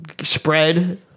spread